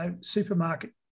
supermarket